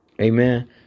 Amen